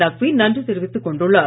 நக்வி நன்றி தெரிவித்துக் கொண்டுள்ளார்